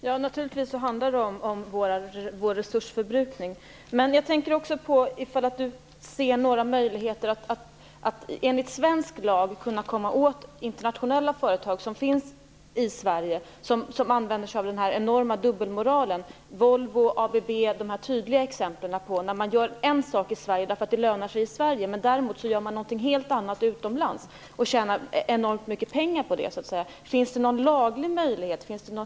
Herr talman! Naturligtvis handlar det om vår resursförbrukning. Men jag undrar också om miljöministern ser några möjligheter att enligt svensk lag komma åt internationella företag som finns i Sverige och som visar på en enorm dubbelmoral här. Bl.a. Volvo och ABB är tydliga exempel på att en sak görs i Sverige, därför att det lönar sig i Sverige, och något helt annat utomlands. Det tjänar man enormt mycket pengar på. Finns det alltså någon laglig möjlighet i det sammanhanget?